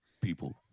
people